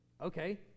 okay